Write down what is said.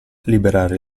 liberare